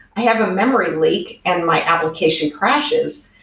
i have a memory leak and my application crashes.